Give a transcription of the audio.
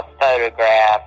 photograph